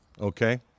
Okay